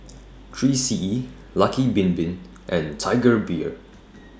three C E Lucky Bin Bin and Tiger Beer